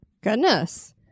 Goodness